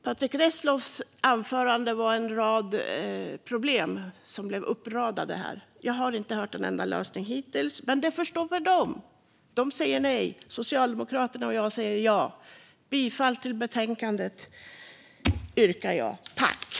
Patrik Reslows anförande bestod av en uppradning av problem. Jag har hittills inte hört ett enda förslag på lösning från dem. Men det får stå för dem. De säger nej. Socialdemokraterna och jag säger ja. Jag yrkar bifall till förslaget i betänkandet.